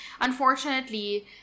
Unfortunately